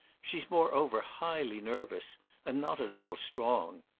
she's moreover highly nervous and not at all strong.